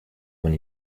when